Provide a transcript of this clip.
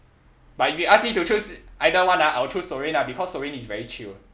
but if you ask me to choose either one ah I'll choose soreen ah because soreen is very chill